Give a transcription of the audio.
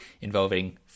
involving